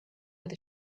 with